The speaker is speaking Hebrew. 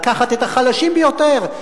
לקחת את החלשים ביותר,